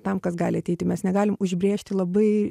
tam kas gali ateiti mes negalim užbrėžti labai